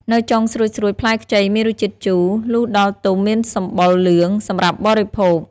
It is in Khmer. នៅចុងស្រួចៗផ្លែខ្ចីមានរសជាតិជូរ លុះដល់ទុំមានសម្បុរលឿង សម្រាប់បរិភោគ ។